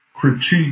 critique